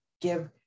give